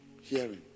Hearing